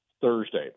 Thursday